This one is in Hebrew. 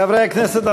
חברי הכנסת,